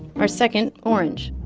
our second orange,